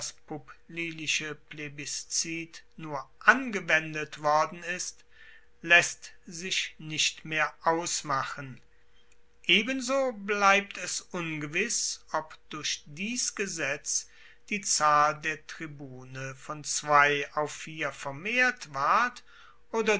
nur angewendet worden ist laesst sich nicht mehr ausmachen ebenso bleibt es ungewiss ob durch dies gesetz die zahl der tribune von zwei auf vier vermehrt ward oder